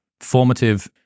formative